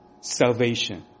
salvation